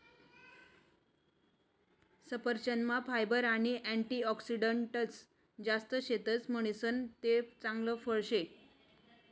सफरचंदमा फायबर आणि अँटीऑक्सिडंटस जास्त शेतस म्हणीसन ते चांगल फळ शे